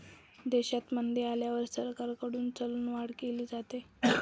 देशात मंदी आल्यावर सरकारकडून चलनवाढ केली जाते